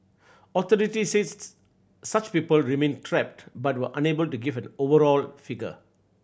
authorities such people remained trapped but were unable to give an overall figure